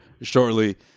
shortly